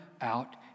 out